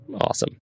Awesome